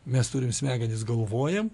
mes turim smegenis galvojam